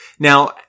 Now